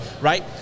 right